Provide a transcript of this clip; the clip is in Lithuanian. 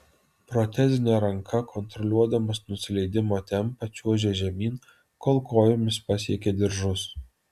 protezine ranka kontroliuodamas nusileidimo tempą čiuožė žemyn kol kojomis pasiekė diržus